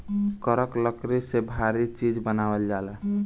करक लकड़ी से भारी चीज़ बनावल जाला